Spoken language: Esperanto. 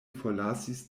forlasis